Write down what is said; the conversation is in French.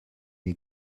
est